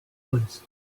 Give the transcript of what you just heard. woods